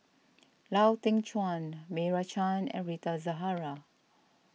Lau Teng Chuan Meira Chand and Rita Zahara